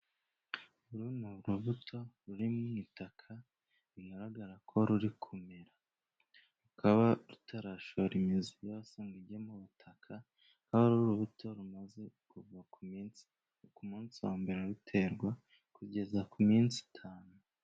Uru ni urubuto ruri mu itaka bikaba bigaragara ko ruri kumera, Rukaba rutarashora imizi yose ngo rujye mu butaka, aho uru buto rumaze kuva ku minsi, ku munsi wa mbere ruterwa kugeza ku minsi itanu.